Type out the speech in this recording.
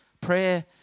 Prayer